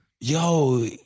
Yo